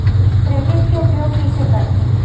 Credit के उपयोग कइसे करथे?